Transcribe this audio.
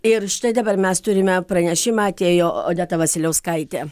ir štai dabar mes turime pranešimą atėjo odeta vasiliauskaitė